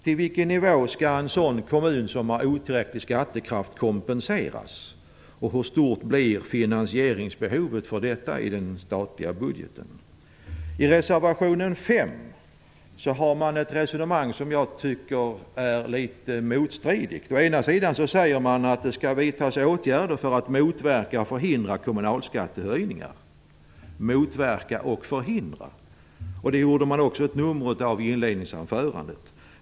Till vilken nivå skall en kommun som har otillräcklig skattekraft kompenseras, och hur stort blir finansieringsbehovet för detta i den statliga budgeten? I reservation 5 förs ett resonemang som jag tycker är litet motstridigt. Å ena sidan säger man att det skall vidtas åtgärder för att motverka och förhindra kommunalskattehöjningar - observera: motverka och förhindra. Det gjorde också Lennart Hedquist ett nummer av i sitt inledningsanförande.